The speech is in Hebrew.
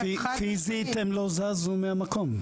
פיסית הם לא זזו מהמקום.